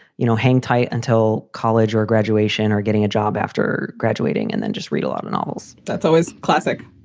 you know, hang tight until college or graduation or getting a job after graduating and then just read a lot of novels that's always classic,